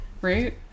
right